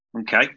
okay